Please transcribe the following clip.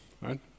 right